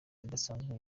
idasanzwe